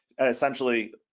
essentially